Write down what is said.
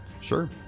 Sure